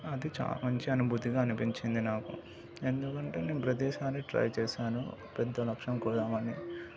అది చాలా మంచి అనుభూతిగా అనిపించింది నాకు ఎందుకంటే నేను ప్రతీసారి ట్రై చేసాను పెద్ద లక్ష్యం కొడదామని